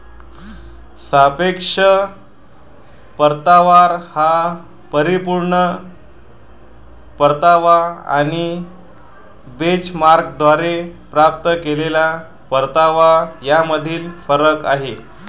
सापेक्ष परतावा हा परिपूर्ण परतावा आणि बेंचमार्कद्वारे प्राप्त केलेला परतावा यामधील फरक आहे